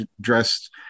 dressed